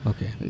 Okay